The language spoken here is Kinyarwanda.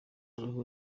roho